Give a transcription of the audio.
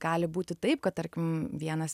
gali būti taip kad tarkim vienas